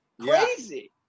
Crazy